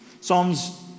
Psalms